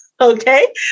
Okay